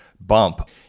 bump